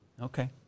Okay